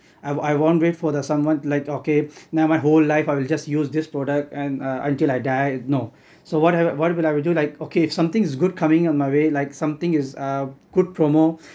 I I won't wait for the someone like okay now my whole life I will just use this product and uh until I die no so what I what I will do like okay if something is good coming on my way like something is uh good promo